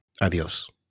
Adiós